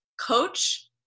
coach